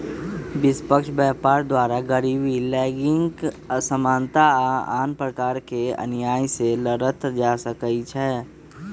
निष्पक्ष व्यापार द्वारा गरीबी, लैंगिक असमानता आऽ आन प्रकार के अनिआइ से लड़ल जा सकइ छै